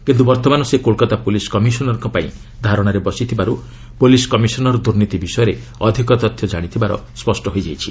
କିନ୍ତୁ ବର୍ତ୍ତମାନ ସେ କୋଲକାତା ପୁଲିସ୍ କମିଶନରଙ୍କ ପାଇଁ ଧାରଣାରେ ବସିବାରୁ ପୁଲିସ୍ କମିଶନର ଦୁର୍ନୀତି ବିଷୟରେ ଅଧିକ ତଥ୍ୟ ଜାଣିଥିବାର ସ୍ୱଷ୍ଟ ହୋଇଯାଇଛି